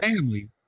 Family